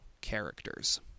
characters